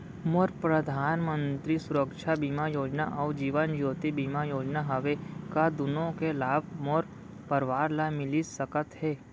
मोर परधानमंतरी सुरक्षा बीमा योजना अऊ जीवन ज्योति बीमा योजना हवे, का दूनो के लाभ मोर परवार ल मिलिस सकत हे?